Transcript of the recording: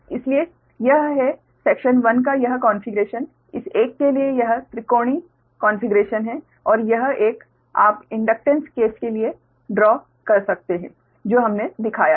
इसलिए यह है सेक्शन 1 का यह कोन्फ़िगरेशन इस एक के लिए यह त्रिकोणीय कोन्फ़िगरेशन है और यह एक आप इंडक्टेन्स केस के लिए खींच सकते हैं जो हमने दिखाया है